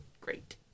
Great